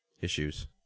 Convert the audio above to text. issues